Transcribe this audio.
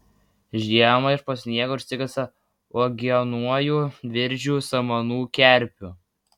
žiemą iš po sniego išsikasa uogienojų viržių samanų kerpių